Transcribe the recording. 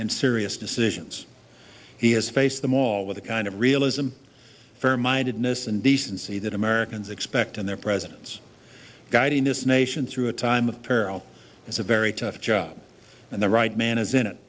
and serious decisions he has faced the mall with the kind of realize i'm fair mindedness and decency that americans expect and their presidents guiding this nation through a time of peril it's a very tough job and the right man is in it